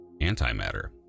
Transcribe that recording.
antimatter